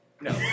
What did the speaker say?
No